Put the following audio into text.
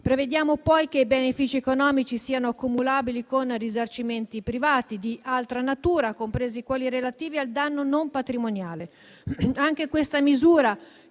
Prevediamo, poi, che i benefici economici siano cumulabili con risarcimenti privati di altra natura, compresi quelli relativi al danno non patrimoniale.